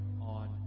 on